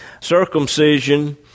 circumcision